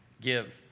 give